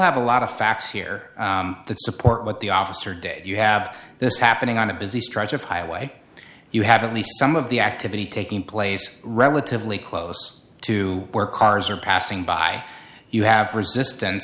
have a lot of facts here that support what the officer day you have this happening on a busy stretch of highway you have at least some of the activity taking place relatively close to where cars are passing by you have